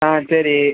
ஆ சரி